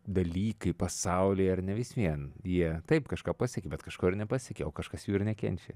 dalykai pasaulyje ar ne vis vien jie taip kažką pasiekia bet kažko ir nepasiekia o kažkas jų ir nekenčia